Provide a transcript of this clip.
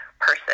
person